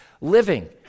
living